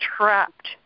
trapped